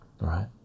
right